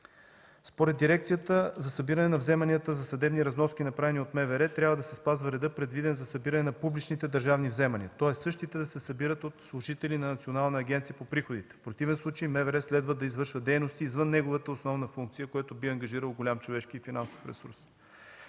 Според Дирекцията за събиране на вземанията за съдебни разноски, направени от МВР, трябва да се спазва редът, предвиден за събиране на публичните държавни вземания, тоест, същите да се събират от вносители на Националната агенция по приходите. В противен случай МВР следва да извършва дейности извън неговата основна функция, което би ангажирало голям човешки и финансов ресурс.